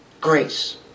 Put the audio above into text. Grace